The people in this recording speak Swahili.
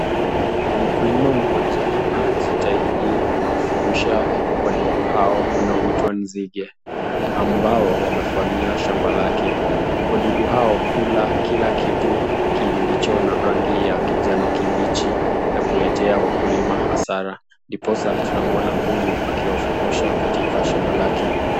Mkulima mmoja anajitahidi kufurusha wadudu hao wanaoitwa nzige ambao wamevamia shamba lake , wadudu hao hula kila kitu kilicho na rangi ya kijani kibichi na kuletea wakulima hasara ndiposa tunamuona huyu akiwafurusha katika shamba lake.